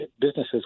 businesses